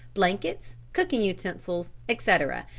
blankets, cooking utensils, etc,